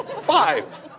Five